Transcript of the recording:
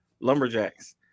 Lumberjacks